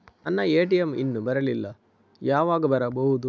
ನನ್ನ ಎ.ಟಿ.ಎಂ ಇನ್ನು ಬರಲಿಲ್ಲ, ಯಾವಾಗ ಬರಬಹುದು?